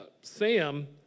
Sam